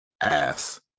ass